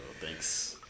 thanks